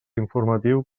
informatiu